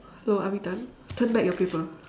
hello are we done turn back your paper